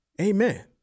Amen